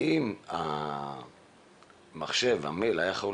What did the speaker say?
ואם המייל היה יכול